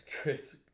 Chris